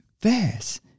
fast